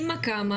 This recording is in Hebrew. אימא קמה,